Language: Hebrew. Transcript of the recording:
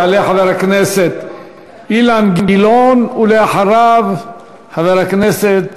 יעלה חבר הכנסת אילן גילאון, ואחריו, חבר הכנסת